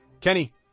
Kenny